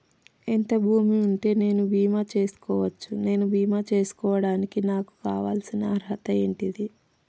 ఎంత భూమి ఉంటే నేను బీమా చేసుకోవచ్చు? నేను బీమా చేసుకోవడానికి నాకు కావాల్సిన అర్హత ఏంటిది?